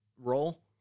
role